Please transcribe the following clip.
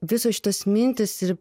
visos šitos mintys ir